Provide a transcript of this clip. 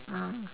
mm